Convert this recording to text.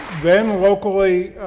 then locally,